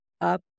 up